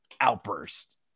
outburst